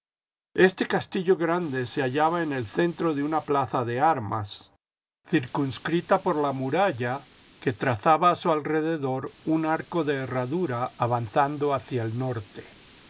este castillo grande se hallaba en el centro de una plaza de armas circunscrita por la muralla que trazaba a su alrededor un arco de herradura avanzando hacia el norte